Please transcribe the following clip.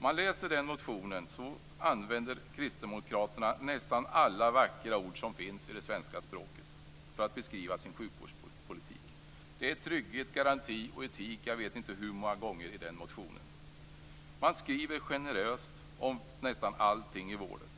I sin motion använder kristdemokraterna nästan alla vackra ord som finns i det svenska språket för att beskriva sin sjukvårdspolitik. Jag vet inte hur många gånger orden trygghet, garanti och etik används i motionen. Man skriver generöst om nästan allting i vården.